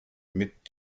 mit